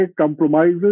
compromises